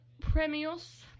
Premios